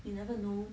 you never know